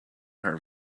her